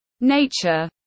nature